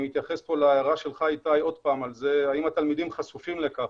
אני אתייחס להערה של איתי האם התלמידים חשופים לכך?